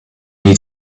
need